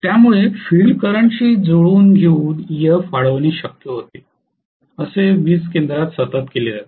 त्यामुळे field current शी जुळवून घेऊन Ef ईएफ वाढणे शक्य होते असे वीज केंद्रात सतत केले जाते